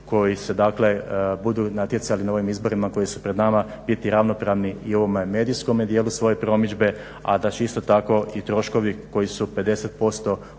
koji se dakle budu natjecali na ovim izborima koji su pred nama biti ravnopravni i ovome medijskome dijelu svoje promidžbe a da će isto tako i troškovi koji su 50%